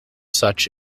such